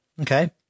Okay